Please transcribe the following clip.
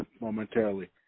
momentarily